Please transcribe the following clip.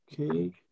Okay